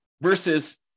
versus